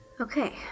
Okay